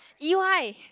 E Y